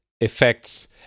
effects